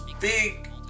big